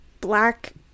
black